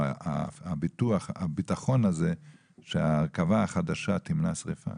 או הביטחון הזה שההרכבה החדשה תמנע שריפה.